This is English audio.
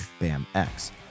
BAMX